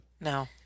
No